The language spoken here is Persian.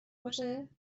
باشه